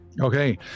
Okay